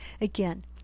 again